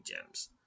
gems